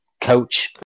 coach